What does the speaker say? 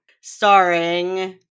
Starring